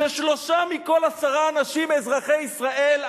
ששלושה מכל עשרה אנשים אזרחי ישראל,